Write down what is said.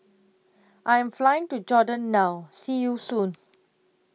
I Am Flying to Jordan now See YOU Soon